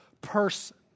person